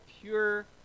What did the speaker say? pure